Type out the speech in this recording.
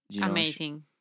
Amazing